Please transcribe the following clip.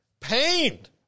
pained